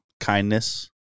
kindness